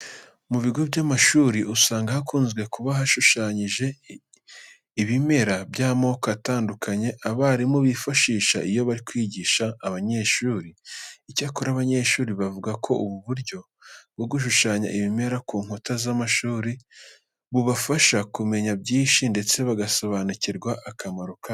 Mu bigo by'amashuri usanga hakunze kuba hashushanyije ibimera by'amoko atandukanye abarimu bifashisha iyo bari kwigisha abanyeshuri. Icyakora abanyeshuri bavuga ko ubu buryo bwo gushushanya ibi bimera ku nkuta z'amashuri bubafasha kumenya byinshi ndetse bagasobanukirwa akamaro kabyo.